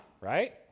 Right